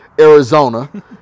Arizona